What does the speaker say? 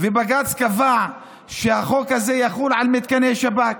וקבע שהחוק הזה יחול על מתקני שב"כ